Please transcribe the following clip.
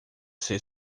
ser